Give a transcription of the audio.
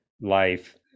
life